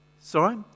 Sorry